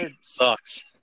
sucks